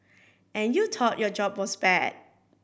and you thought your job was bad